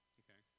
okay